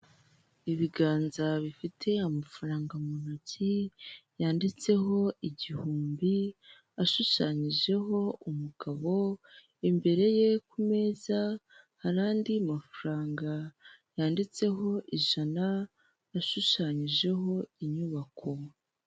Ibiganza bifite amafaranga mu ntoki, yanditseho igihumbi, ashushanyijeho umugabo, imbere ye ku meza hari andi mafaranga yanditseho ijana, ashushanyijeho inyubako.